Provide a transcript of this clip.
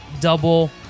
double